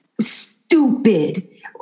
stupid